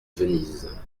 venise